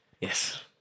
Yes